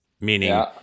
Meaning